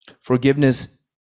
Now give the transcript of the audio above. Forgiveness